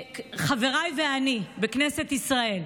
חבריי ואני בכנסת ישראל,